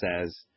says